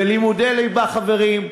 ולימודי ליבה, חברים,